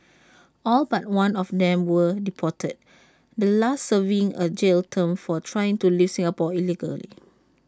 all but one of them were deported the last serving A jail term for trying to leave Singapore illegally